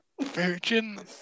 Virgin